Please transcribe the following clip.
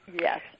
Yes